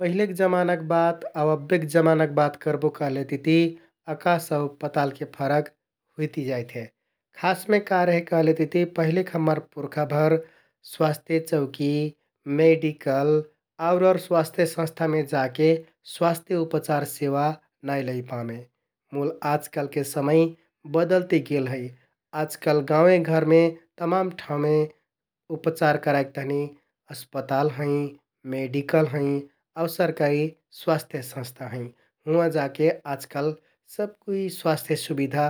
पहिलेक जमानाक आउ अब्बेक जमानाक बात करबो कहलेतिति अकाश आउ पतालके फरक हुइति जाइत हे । खासमे का रेहे कहलेतिति पहिलेक हम्मर पुर्खाभर स्वास्थ्यचौकी, मेडिकल आउर आउर स्वास्थ्य संस्थामे जाके स्वास्थ्य उपचार सेवा नाइ लैपामें । मुल आजकालके समय बदलतिगेल है आहकाल गाउँवे घरमे तमान ठाउँमे उपचार कराइक तहनि अस्पताल हैं । मेडिकल हैं आउ सरकारी स्वास्थ्य संस्था हैं । हुँवाँ जाके आजकाल सबकुइ स्वास्थ्य सुबिधा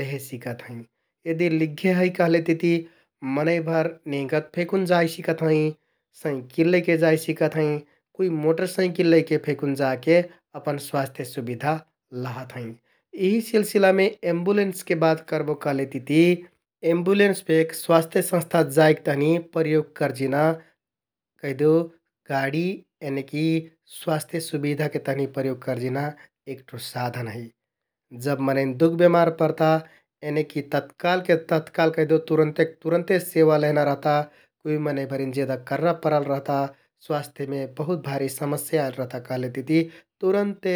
लेहे सिकत हैं । यदि लिग्घे है कहलेतिति मनैंभर नेंगत फेकुन जाइ सिकत हैं, सँइकिल लैके जाइ सिकत हैं । कुइ मोटर सँइकिल लैके फेकुन जाके अपन स्वास्थ्य सुबिधा लहत हैं । यिहि सिलसिलामे एम्बुलेन्सके बात करबो कहलेतिति एम्बुलेन्स फेक स्वास्थ्य संस्था जाइक तहनि प्रयोग करजिना कहिदेउ गाडि यनिकि स्वास्थ्य सुबिधाके तहनि प्रयोग करजिना एक ठो साधन है । जब मनैंन दुख, बेमार परता एनिकि तत्कालके तत्काल कैहदेउ तुरन्तेक तुरन्ते सेवा लेहना रहता । कुइ मनैंभरिन जेदा कररा परल रहता, स्वास्थ्यमे बहुत भारि समस्या आइल रहता कहलेतिति तुरन्ते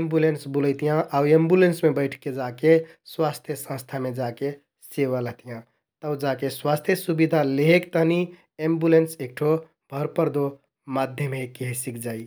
एम्बुलेन्स बुलैतियाँ आउ एम्बुलेन्समे बैठके जाके स्वास्थ्य संस्थामे जाके सेवा लहतियाँ । तौ जाके स्वास्थ्य सुबिधा लेहेक तहनि एम्बुलेन्स एक ठो भरपर्दो माध्यम हे केहे सिकजाइ ।